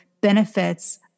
benefits